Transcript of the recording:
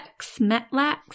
metlax